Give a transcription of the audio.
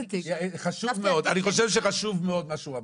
אני חושב שחשוב מאוד מה שהוא אמר.